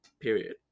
period